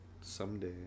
Someday